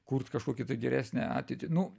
kurt kažkokį tai geresnę ateitį nu